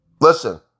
Listen